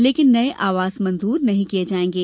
लेकिन नये आवास मंजूर नहीं किये जाएंगे